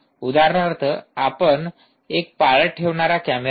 उदाहरणार्थ आपण एक पाळत ठेवणारा कॅमेरा घ्या